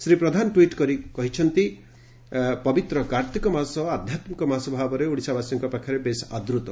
Shri Pradhan tweet କରିଛନ୍ତି ପବିତ୍ର କାର୍ତିକ ମାସ ଆଧ୍ଘାମ୍ିକ ମାସ ଭାବରେ ଓଡ଼ିଶାବାସୀଙ୍କ ପାଖରେ ବେଶ୍ ଆଦୂତ